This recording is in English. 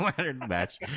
match